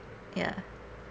ya